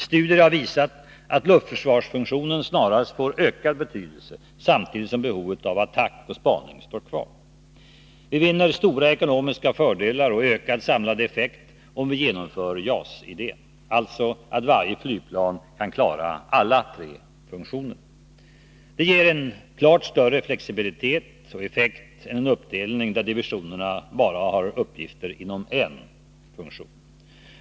Studier har visat att luftförsvarsfunktionen snarast får ökad betydelse, samtidigt som behovet av attack och spaning står kvar. Vi vinner stora ekonomiska fördelar och ökad samlad effekt om vi genomför JAS-idén, alltså att varje flygplan kan klara alla tre funktionerna. Det ger en klart större flexibilitet och effekt än en uppdelning där divisionerna bara har uppgifter inom en funktion.